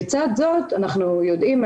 לצד זאת אנחנו יודעים,